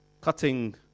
cutting